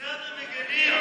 על זה אתם מגינים?